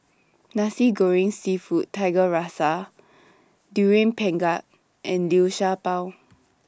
Nasi Goreng Seafood Tiga Rasa Durian Pengat and Liu Sha Bao